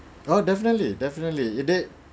oh definitely definitely it did